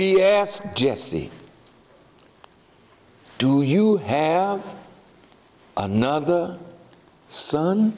he asked jesse do you have another son